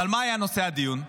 ומה היה נושא הדיון?